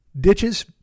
ditches